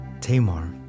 Tamar